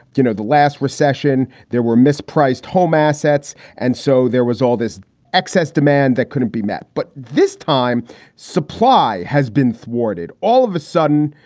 you know, the last recession, there were mispriced home assets. and so there was all this excess demand that couldn't be met. but this time supply has been thwarted all of a sudden,